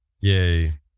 yay